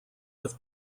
have